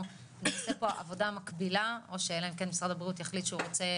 נעשה פה עבודה מקבילה או שאלא אם כן משרד הבריאות יחליט שהוא רוצה